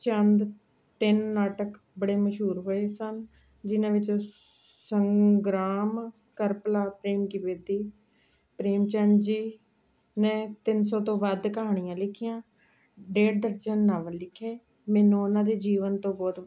ਚੰਦ ਤਿੰਨ ਨਾਟਕ ਬੜੇ ਮਸ਼ਹੂਰ ਹੋਏ ਸਨ ਜਿਹਨਾਂ ਵਿੱਚੋਂ ਸੰਗ੍ਰਾਮ ਕਰਭਲਾ ਪ੍ਰੇਮ ਕੀ ਬੇਟੀ ਪ੍ਰੇਮ ਚੰਦ ਜੀ ਨੇ ਤਿੰਨ ਸੌ ਤੋਂ ਵੱਧ ਕਹਾਣੀਆਂ ਲਿਖੀਆਂ ਡੇਢ ਦਰਜਨ ਨਾਵਲ ਲਿਖੇ ਮੈਨੂੰ ਉਹਨਾਂ ਦੇ ਜੀਵਨ ਤੋਂ ਬਹੁਤ